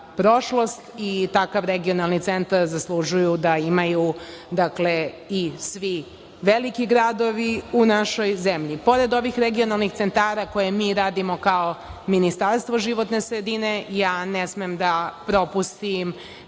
prošlost i takvi regionalni centri zaslužuju da imaju i svi veliki gradovi u našoj zemlji. Pored ovih regionalnih centara koje mi radimo kao Ministarstvo životne sredine, ne smem da propustim